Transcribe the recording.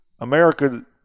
America